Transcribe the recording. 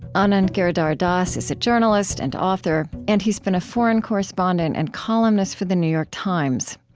anand giridharadas is a journalist and author, and he's been a foreign correspondent and columnist for the new york times.